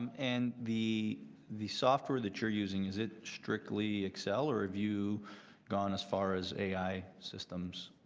and the the software that you are using is it strictly excel or have you gone as far as ai systems?